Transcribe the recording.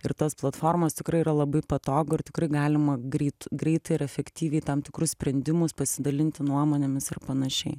ir tos platformos tikrai yra labai patogu ir tikrai galima greit greitai ir efektyviai tam tikrus sprendimus pasidalinti nuomonėmis ir panašiai